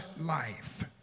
life